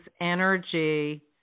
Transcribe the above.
energy